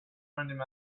random